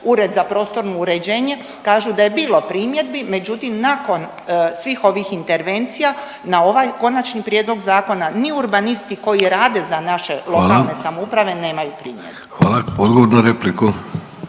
Ured za prostorno uređenje. Kažu da je bilo primjedbi, međutim nakon svih ovih intervencija na ovaj Konačni prijedlog zakona ni urbanisti koji rade za naše lokalne samouprave nemaju primjedbe. **Vidović, Davorko